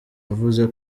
yavuze